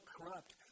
corrupt